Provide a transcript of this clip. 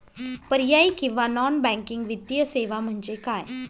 पर्यायी किंवा non banking वित्तीय सेवा म्हणजे काय?